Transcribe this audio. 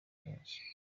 pius